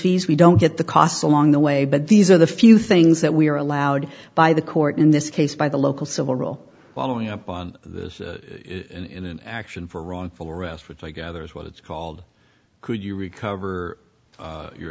fees we don't get the costs along the way but these are the few things that we are allowed by the court in this case by the local civil following up on this in an action for wrongful arrest which i gather is what it's called could you recover your